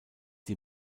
die